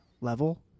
level